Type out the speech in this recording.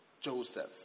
Joseph